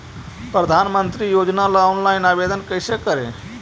प्रधानमंत्री योजना ला ऑनलाइन आवेदन कैसे करे?